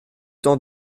temps